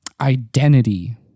identity